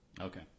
Okay